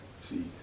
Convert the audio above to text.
See